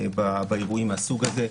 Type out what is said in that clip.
באירועים מהסוג הזה.